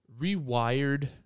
rewired